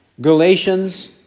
Galatians